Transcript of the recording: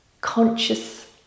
conscious